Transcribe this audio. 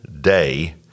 day